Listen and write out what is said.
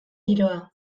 giroa